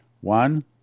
One